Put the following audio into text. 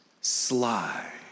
sly